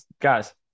guys